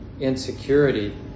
insecurity